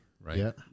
right